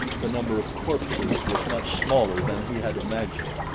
the number of corpses was much smaller than he had imagined,